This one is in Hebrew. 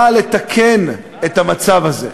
באה לתקן את המצב הזה.